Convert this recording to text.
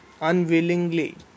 Unwillingly